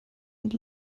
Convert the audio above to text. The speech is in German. und